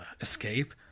escape